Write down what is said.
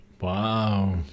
wow